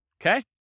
okay